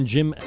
Jim